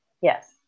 Yes